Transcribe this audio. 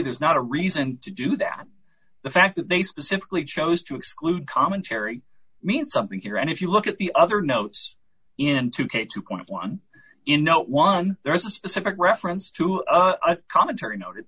there's not a reason to do that the fact that they specifically chose to exclude commentary means something here and if you look at the other notes into k two point one in no one there is a specific reference to a commentary noted